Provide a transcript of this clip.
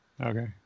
okay